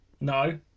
No